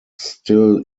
still